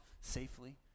safely